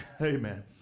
Amen